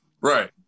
Right